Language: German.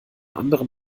anderen